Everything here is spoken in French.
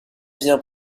vint